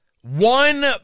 one